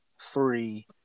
three